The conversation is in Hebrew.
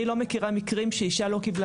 אני לא מכירה מקרים שאישה לא קיבלה